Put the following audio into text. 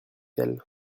elle